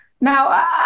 Now